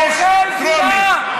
אוכל חינם.